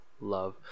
love